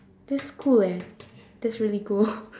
this cool eh this really cool